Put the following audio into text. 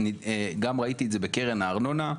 גם ראיתי את זה בקרן הארנונה,